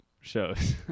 shows